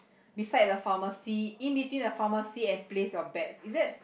beside the pharmacy in between the pharmacy and place your bets is that